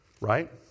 Right